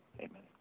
amen